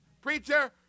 Preacher